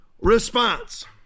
response